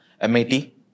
MIT